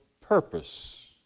purpose